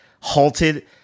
halted